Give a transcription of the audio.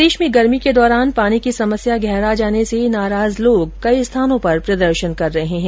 प्रदेश में गर्मी के दौरान पानी की समस्या गहरा जाने से नाराज लोग कई स्थानों पर प्रदर्शन कर रहे हैं